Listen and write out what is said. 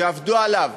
שעבדו עליו,